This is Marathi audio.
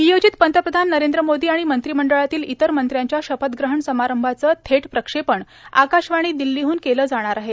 नियोजित पंतप्रधान नरेंद्र मोदी आणि मंत्रिमंडळातील इतर मंत्र्यांच्या शपथग्रहण समारंभाचं थेट प्रक्षेपण आकाशवाणी दिल्लीहन केलं जाणार आहे